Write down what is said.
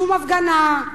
שום הפגנה,